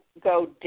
go